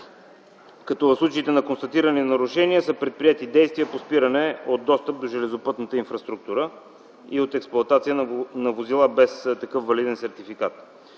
като в случаите на констатирани нарушения са предприети действия за спиране на достъпа до железопътната инфраструктура и от експлоатация на возила без такъв валиден сертификат.